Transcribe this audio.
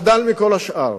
חדל מכל השאר.